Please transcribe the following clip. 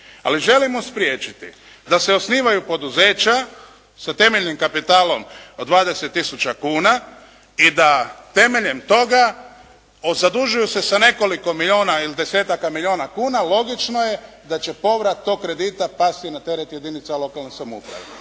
ali želimo spriječiti da se osnivaju poduzeća sa temeljnim kapitalom od 20 tisuća kuna i da temeljem toga zadužuju se sa nekoliko milijuna ili desetaka milijuna kuna, logično je da će povrat tog kredita pasti na teret jedinica lokalne samouprave.